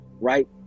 right